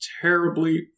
terribly